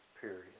period